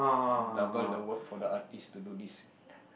double the work for the aunties to do this